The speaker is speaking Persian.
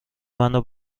منو